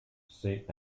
saint